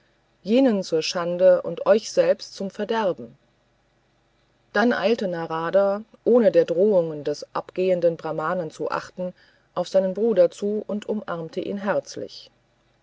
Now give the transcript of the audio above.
jenen zur schande und euch selber zum verderben dann eilte narada ohne der drohungen des abgehenden brahmanen zu achten auf seinen bruder zu und umarmte ihn herzlich